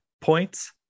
points